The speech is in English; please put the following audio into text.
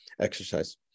exercise